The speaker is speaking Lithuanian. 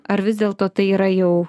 ar vis dėlto tai yra jau